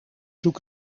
zoek